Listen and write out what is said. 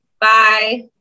Bye